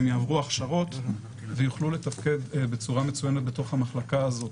הם יעברו הכשרות ויוכלו לתפקד בצורה מצוינת בתוך המחלקה הזו.